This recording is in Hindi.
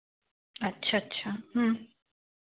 अच्छा अच्छा